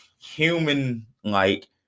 human-like